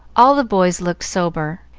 all the boys looked sober,